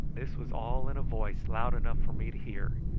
this was all in a voice loud enough for me to hear,